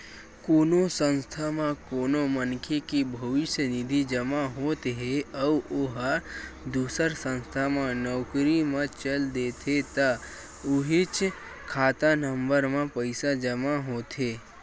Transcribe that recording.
कोनो संस्था म कोनो मनखे के भविस्य निधि जमा होत हे अउ ओ ह दूसर संस्था म नउकरी म चल देथे त उहींच खाता नंबर म पइसा जमा होथे